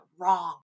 wrong